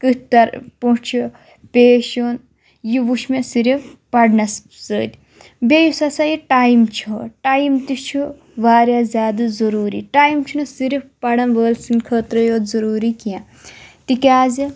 کِیتھ تَر پٲٹھۍ چھُ پیش یُن یہِ وُچھ مےٚ صرف پَڑھنَس سۭتۍ بیٚیہِ یُس ہَسا یہِ ٹایم چھُ ٹایم تہِ چھُ واریاہ زیادٕ ضُروٗری ٹایم چھُنہٕ صِرف پَڑھَن وٲلۍ سنٛدۍ خٲطرَے یوٗت ضُروٗری کیٚنٛہہ تِکیازِ